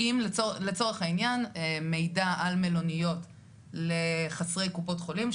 אם לצורך העניין מידע על מלוניות לחסרי קופות חולים,